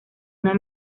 una